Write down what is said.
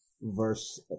verse